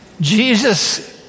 Jesus